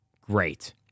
great